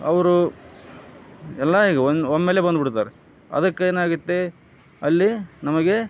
ಅವರು ಎಲ್ಲ ಈಗ ಒಂದು ಒಮ್ಮೆಲೇ ಬಂದುಬಿಡ್ತಾರೆ ಅದಕ್ಕೇನಾಗುತ್ತೆ ಅಲ್ಲಿ ನಮಗೆ